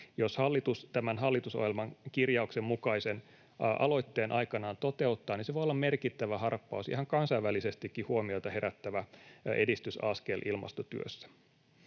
Jos hallitus tämän hallitusohjelman kirjauksen mukaisen aloitteen aikanaan toteuttaa, niin se voi olla merkittävä harppaus, ihan kansainvälisestikin huomiota herättävä edistysaskel ilmastotyössä.